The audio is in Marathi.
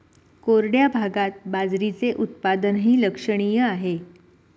कोरड्या भागात बाजरीचे उत्पादनही लक्षणीय आहे